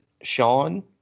Sean